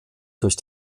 durch